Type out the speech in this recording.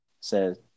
says